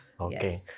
Okay